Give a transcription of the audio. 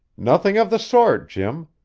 nothing of the sort, jim.